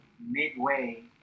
midway